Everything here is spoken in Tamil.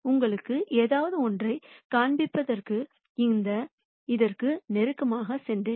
உங்களுக்கு ஏதாவது ஒன்றைக் காண்பிப்பதற்காக இந்த இதற்கு நெருக்கமாக சென்றேன்